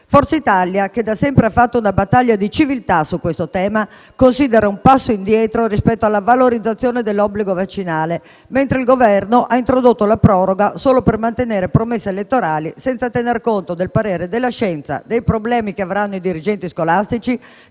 Forza Italia, che da sempre ha fatto una battaglia di civiltà su questo tema, considera che sia stato fatto un passo indietro rispetto alla valorizzazione dell'obbligo vaccinale, mentre il Governo ha introdotto la proroga solo per mantenere promesse elettorali, senza tenere conto del parere della scienza, dei problemi che avranno i dirigenti scolastici